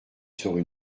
serait